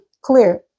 clear